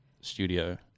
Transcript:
studio